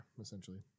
essentially